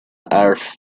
earth